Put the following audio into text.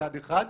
מצד אחד.